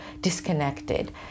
disconnected